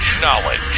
knowledge